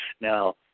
Now